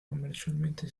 commercialmente